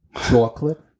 chocolate